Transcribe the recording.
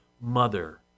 mother